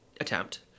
attempt